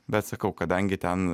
bet sakau kadangi ten